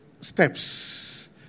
steps